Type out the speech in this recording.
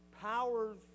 powers